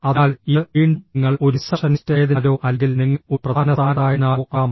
അതിനാൽ ഇത് വീണ്ടും നിങ്ങൾ ഒരു റിസപ്ഷനിസ്റ്റ് ആയതിനാലോ അല്ലെങ്കിൽ നിങ്ങൾ ഒരു പ്രധാന സ്ഥാനത്തായതിനാലോ ആകാം